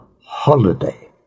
holiday